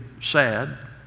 sad